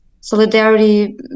solidarity